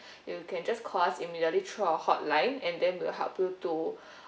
you can just call us immediately through our hotline and then we'll help to